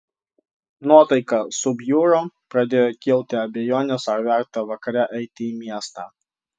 nuotaika subjuro pradėjo kilti abejonės ar verta vakare eiti į miestą